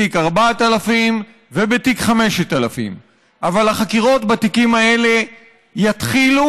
בתיק 4000 ובתיק 5000. אבל החקירות בתיקים האלה יתחילו,